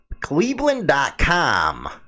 Cleveland.com